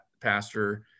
pastor